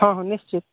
हॅं हॅं निश्चित